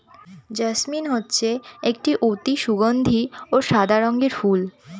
jasmine হচ্ছে একটি অতি সগন্ধি ও সাদা রঙের ফুল